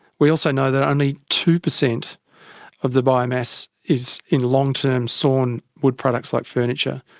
we also know that only two percent of the biomass is in long term sawn wood products like furniture.